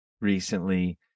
recently